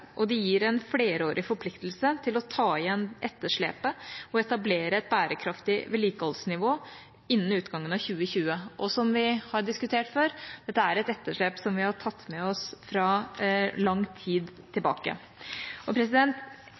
og det gir en flerårig forpliktelse til å ta igjen etterslepet og etablere et bærekraftig vedlikeholdsnivå innen utgangen av 2020. Som vi har diskutert før, er dette et etterslep vi har tatt med oss fra lang tid tilbake.